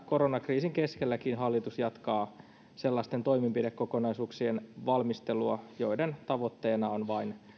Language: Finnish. koronakriisin keskelläkin hallitus jatkaa sellaisten toimenpidekokonaisuuksien valmistelua joiden tavoitteena on vain